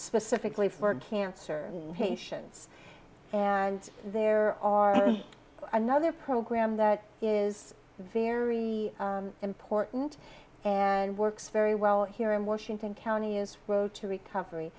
specifically for cancer patients and there are another program that is very important and works very well here in washington county is road to recovery